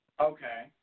Okay